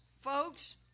folks